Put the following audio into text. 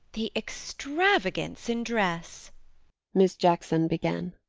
the extravagance in dress miss jackson began.